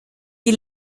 die